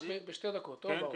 בשתי דקות, טוב, ברוך?